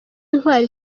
intwari